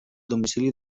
domicili